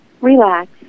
relax